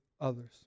others